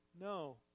no